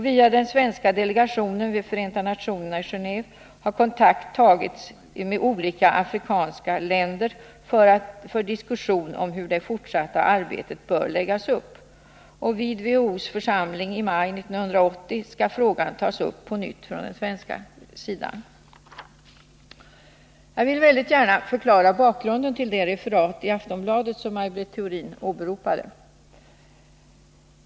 Via den svenska delegationen vid Förenta nationerna i Genéve har kontakt tagits med olika afrikanska länder för diskussion om hur det fortsatta arbetet bör läggas upp. Vid WHO:s församling i maj 1980 skall frågan från svensk sida tas upp på nytt. Jag vill väldigt gärna förklara bakgrunden till det referat i Aftonbladet som Maj Britt Theorin åberopade.